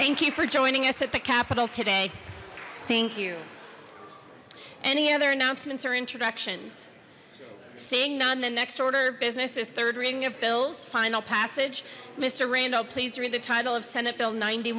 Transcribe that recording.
thank you for joining us at the capitol today thank you any other announcements or introductions seeing none the next order of business is third reading of bills final passage mister randol please read the title of senate bill ninety